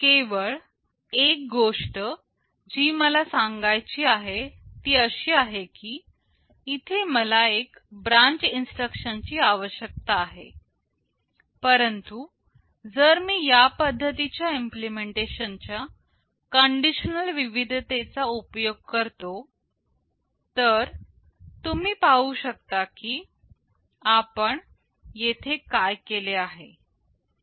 केवळ एक गोष्ट जी मला सांगायची आहे ती अशी आहे की इथे मला एक ब्रांच इन्स्ट्रक्शन ची आवश्यकता आहे परंतु जर मी या पद्धतीच्या इम्पलेमेंटेशन च्या कंडिशनल विविधतेचा उपयोग करतो तर तुम्ही पाहू शकता की आपण येथे काय केले आहे